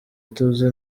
ituze